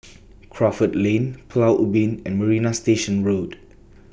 Crawford Lane Pulau Ubin and Marina Station Road